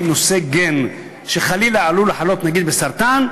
נושא גן שחלילה הוא עלול לחלות בסרטן,